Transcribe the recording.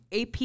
AP